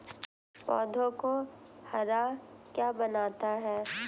पौधों को हरा क्या बनाता है?